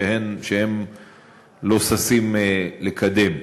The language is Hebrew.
שהם לא ששים לקדם.